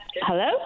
Hello